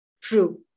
True